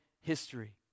history